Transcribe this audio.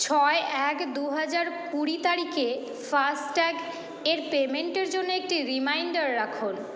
ছয় এক দু হাজার কুড়ি তারিখে ফাস্ট ট্যাগের পেমেন্টের জন্য একটি রিমাইন্ডার রাখুন